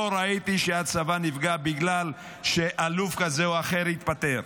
לא ראיתי שהצבא נפגע בגלל שאלוף כזה או אחר התפטר.